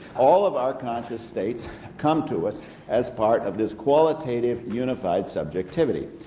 all of our conscious states come to us as part of this qualitative, unified subjectivity.